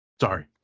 Sorry